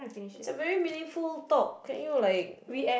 it's a very meaningful talk can you like